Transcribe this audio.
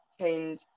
change